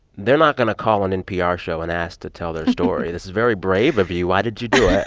they're not going to call an npr show and ask to tell their story. this is very brave of you. why did you do it?